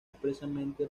expresamente